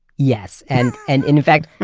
yes, and and in fact,